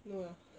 no lah